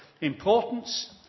importance